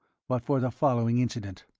but for the following incident.